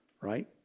right